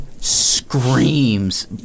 screams